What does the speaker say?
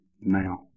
now